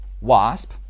wasp